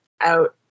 out